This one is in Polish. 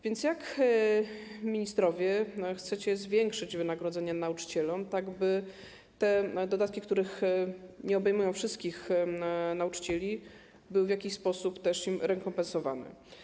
Więc jak, ministrowie, chcecie zwiększyć wynagrodzenie nauczycielom, tak by te dodatki, które nie obejmują wszystkich nauczycieli, były im w jakiś sposób zrekompensowane.